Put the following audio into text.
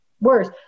worse